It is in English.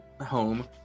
home